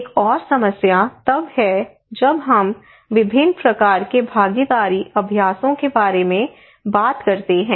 एक और समस्या तब है जब हम विभिन्न प्रकार के भागीदारी अभ्यासों के बारे में बात करते हैं